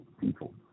people